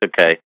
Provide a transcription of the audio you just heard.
okay